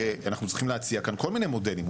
שאנחנו צריכים להציע כאן כל מיני מודלים,